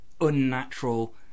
unnatural